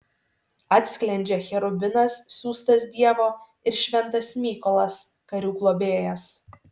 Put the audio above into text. atsklendžia cherubinas siųstas dievo ir šventas mykolas karių globėjas